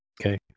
Okay